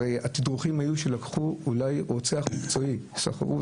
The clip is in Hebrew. הרי התדרוכים היו שלקחו אולי רוצח מקצועי, שכרו.